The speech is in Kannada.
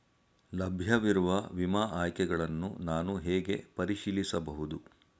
ಲಭ್ಯವಿರುವ ವಿಮಾ ಆಯ್ಕೆಗಳನ್ನು ನಾನು ಹೇಗೆ ಪರಿಶೀಲಿಸಬಹುದು?